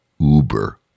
Uber